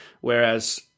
whereas